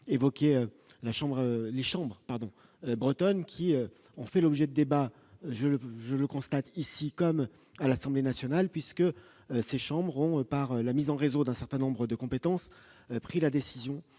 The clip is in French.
Chambre les chambres pardon bretonne qui ont fait l'objet d'débat je le je le constate ici comme à l'Assemblée nationale, puisque ces chambres ont, par la mise en réseau d'un certain nombre de compétences pris la décision